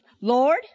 Lord